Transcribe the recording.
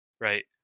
right